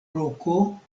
roko